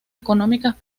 económicas